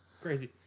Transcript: Crazy